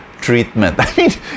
treatment